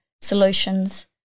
solutions